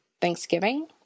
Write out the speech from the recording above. Thanksgiving